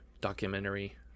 documentary